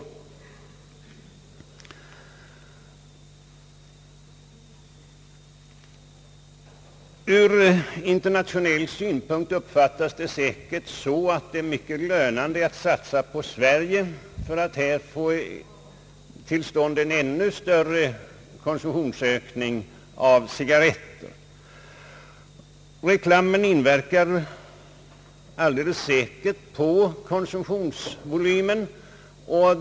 Ur internationell synvinkel uppfattas det säkert såsom mycket lönande att satsa på Sverige för att här få till stånd en ännu större ökning av cigarrettkonsumtionen. Reklamen inverkar utan tvekan på konsumtionsvolymen.